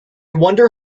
wonder